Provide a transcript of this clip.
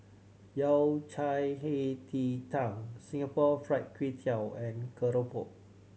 Yao Cai Hei Ji Tang Singapore Fried Kway Tiao and keropok